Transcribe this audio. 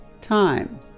time